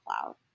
cloud